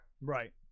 Right